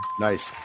Nice